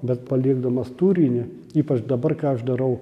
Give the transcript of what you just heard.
bet palikdamas turinį ypač dabar ką aš darau